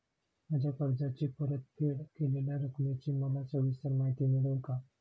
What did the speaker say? माझ्या कर्जाची परतफेड केलेल्या रकमेची मला सविस्तर माहिती मिळेल का?